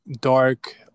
dark